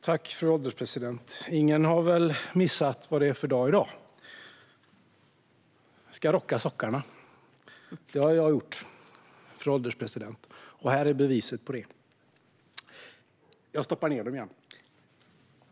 Fru ålderspresident! Ingen har väl missat vad det är för dag i dag? Vi ska rocka sockorna. Det har jag gjort, och beviset har jag här i händerna. Jag stoppar ned sockorna igen nu.